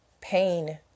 pain